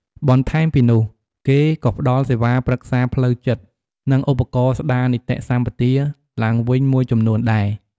បន្ថែមពីនោះ គេក៏ផ្ដល់សេវាប្រឹក្សាផ្លូវចិត្ត និង ឧបករណ៍ស្តារនិតីសម្បទាឡើងវិញមួយចំនួនដែរ។